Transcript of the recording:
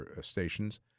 stations